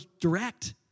direct